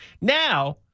Now